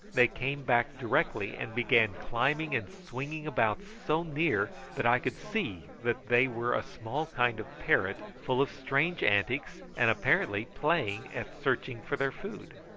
they came back directly and began climbing and swinging about so near that i could see that they were a small kind of parrot, full of strange antics, and apparently playing at searching for their food.